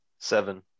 Seven